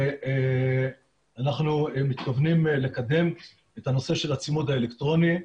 אנחנו מתכוונים לקדם את הנושא של הצימוד האלקטרוני.